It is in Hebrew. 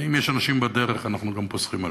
ואם יש אנשים בדרך אנחנו גם פוסחים עליהם.